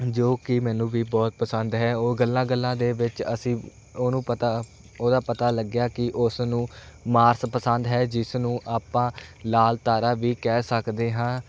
ਜੋ ਕਿ ਮੈਨੂੰ ਵੀ ਬਹੁਤ ਪਸੰਦ ਹੈ ਉਹ ਗੱਲਾਂ ਗੱਲਾਂ ਦੇ ਵਿੱਚ ਅਸੀਂ ਉਹਨੂੰ ਪਤਾ ਉਹਦਾ ਪਤਾ ਲੱਗਿਆ ਕਿ ਉਸ ਨੂੰ ਮਾਰਸ ਪਸੰਦ ਹੈ ਜਿਸ ਨੂੰ ਆਪਾਂ ਲਾਲ ਤਾਰਾ ਵੀ ਕਹਿ ਸਕਦੇ ਹਾਂ